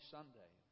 Sunday